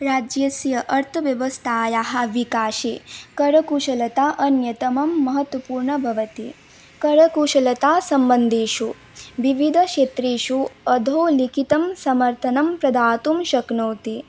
राज्यस्य अर्थव्यवस्थायाः विकासे करकुशलता अन्यतमं महत्वपूर्णं भवति करकुशलता सम्बन्धेषु विविधक्षेत्रेषु अधोलेखितं समर्थनं प्रदातुं शक्नोति